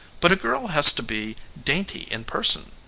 but girl has to be dainty in person.